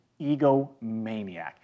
egomaniac